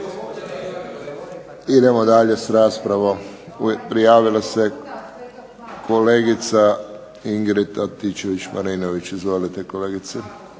Idemo dalje sa raspravom. Prijavila se kolegica Ingrid Antičević-Marinović. **Antičević